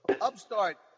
upstart